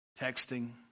texting